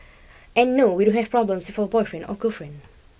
and no we don't have problems with our boyfriend or girlfriend